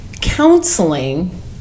counseling